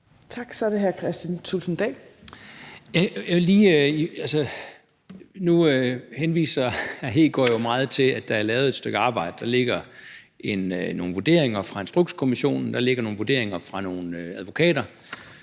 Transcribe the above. Dahl. Kl. 11:51 Kristian Thulesen Dahl (DF): Nu henviser hr. Kristian Hegaard til, at der er lavet et stykke arbejde; der ligger nogle vurderinger fra Instrukskommissionen, og der ligger nogle vurderinger fra nogle advokater.